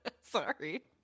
sorry